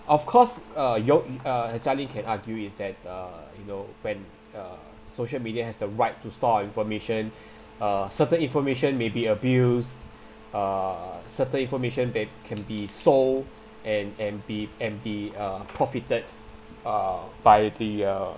of course uh your uh jia-ling can argue is that uh you know when uh social media has the right to store information uh certain information may be abused uh certain information beb~ can be sold and be and be uh profited uh by the uh